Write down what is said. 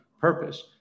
purpose